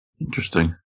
interesting